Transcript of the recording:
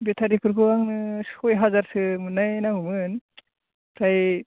बेटारिफोरखौ आंनो सय हाजारसो मोन्नाय नांगौमोन ओमफ्राय